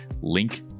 Link